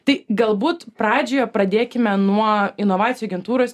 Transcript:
tai galbūt pradžioje pradėkime nuo inovacijų agentūros